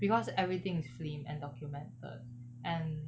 because everything is filmed and documented and